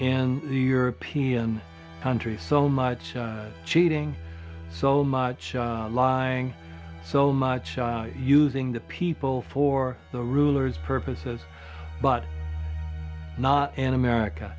in the european countries so much cheating so much lying so much using the people for the rulers purposes but not in america